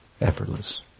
effortless